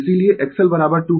इसीलिए X L 2πf L